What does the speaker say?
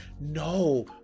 No